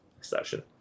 session